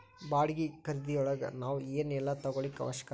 ಬಾಡ್ಗಿ ಖರಿದಿಯೊಳಗ್ ನಾವ್ ಏನ್ ಏನೇಲ್ಲಾ ತಗೊಳಿಕ್ಕೆ ಅವ್ಕಾಷದ?